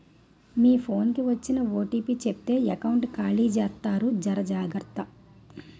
మీ phone కి వచ్చిన OTP చెప్తే ఎకౌంట్ ఖాళీ జెత్తారు జర జాగ్రత్త